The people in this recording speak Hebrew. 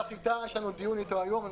יש לנו דיון איתו היום בעניין הביטוח לחיטה,